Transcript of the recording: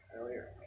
earlier